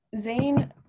Zayn